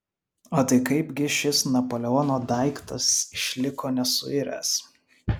o tai kaip gi šis napoleono daiktas išliko nesuiręs